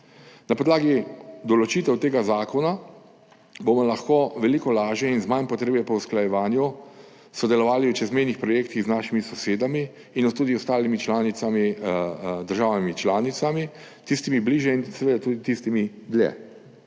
Na podlagi določitev tega zakona bomo lahko veliko lažje in z manj potrebe po usklajevanju sodelovali v čezmejnih projektih z našimi sosedami in tudi ostalimi državami članicami, tistimi bližje in seveda tudi tistimi dlje.